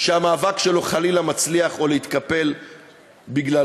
שהמאבק שלו חלילה מצליח, או להתקפל בגללו.